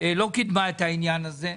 לא קידמה את העניין הזה.